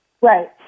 Right